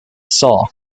saw